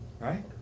right